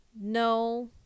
No